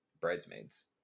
Bridesmaids